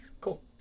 Cool